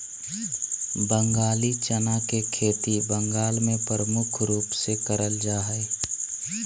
बंगाली चना के खेती बंगाल मे प्रमुख रूप से करल जा हय